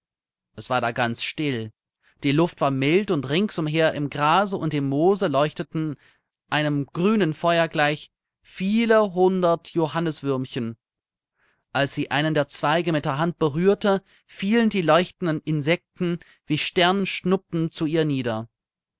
es war da ganz still die luft war mild und rings umher im grase und im moose leuchteten einem grünen feuer gleich viele hundert johanniswürmchen als sie einen der zweige mit der hand berührte fielen die leuchtenden insekten wie sternschnuppen zu ihr nieder